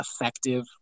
effective